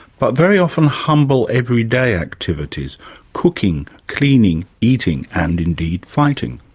but very often humble everyday activities cooking, cleaning, eating and indeed fighting.